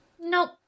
Nope